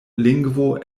lingvo